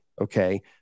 Okay